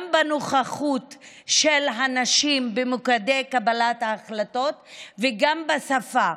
גם בנוכחות נשים במוקדי קבלת ההחלטות וגם בשפה.